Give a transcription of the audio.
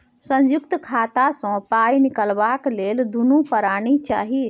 संयुक्त खाता सँ पाय निकलबाक लेल दुनू परानी चाही